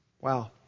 Wow